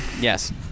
Yes